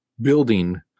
building